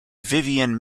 vivian